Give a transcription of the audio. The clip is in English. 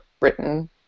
written